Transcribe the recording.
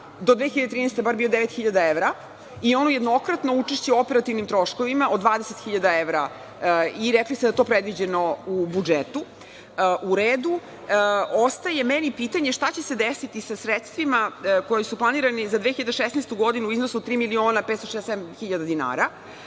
do 2013. godine bio 9.000 evra i jednokratno učešće u operativnim troškovima od 20.000 evra. Rekli ste da je to predviđeno u budžetu. U redu. Ostaje meni pitanje – šta će se desiti sa sredstvima koja su planirana i za 2016. godinu u iznosu od 3.567.000 dinara,